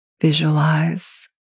visualize